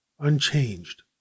unchanged